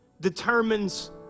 determines